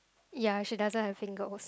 ya she doesn't have finger holes